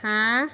হাঁহ